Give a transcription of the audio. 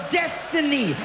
destiny